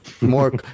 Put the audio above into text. more